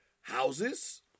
houses